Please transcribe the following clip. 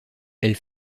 elle